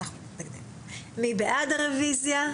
מי בעד הרוויזיה?